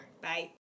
Bye